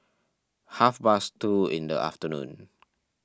half past two in the afternoon